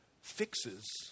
fixes